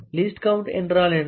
least count என்றால் என்ன